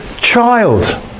child